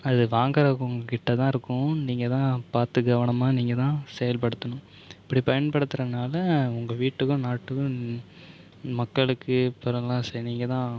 அது வாங்குறவங்க கிட்டே தான் இருக்கும் நீங்கள் தான் பார்த்து கவனமாக நீங்கள் தான் செயல்படுத்தணும் அப்படி பயன்படுத்திறனால உங்கள் வீட்டுக்கும் நாட்டுக்கும் மக்களுக்கும் நீங்கள்தான்